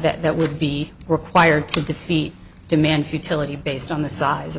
that would be required to defeat demand futility based on the size of